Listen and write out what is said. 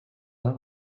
the